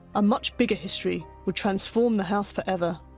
a much bigger history would transform the house for ever.